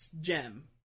gem